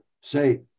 say